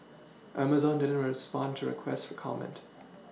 Amazon didn't respond to requests for comment